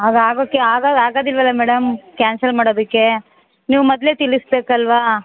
ಆಗ ಆಗೋಕ್ಕೆ ಆಗೊಲ್ಲ ಆಗೋದಿಲ್ವಲ್ಲ ಮೇಡಮ್ ಕ್ಯಾನ್ಸಲ್ ಮಾಡೋದ್ದಿಕ್ಕೆ ನೀವು ಮೊದಲೇ ತಿಳಿಸ್ಬೇಕಲ್ವ